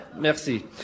merci